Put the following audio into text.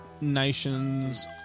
Nation's